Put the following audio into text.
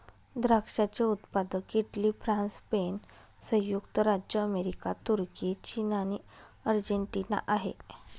द्राक्षाचे उत्पादक Italy, France, Spain, संयुक्त राज्य अमेरिका, तुर्की, चीन आणि अर्जेंटिना आहे